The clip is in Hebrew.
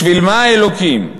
בשביל מה, אלוקים?